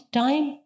time